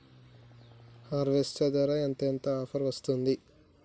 Harvester ధర ఎంత ఎంత ఆఫర్ వస్తుంది?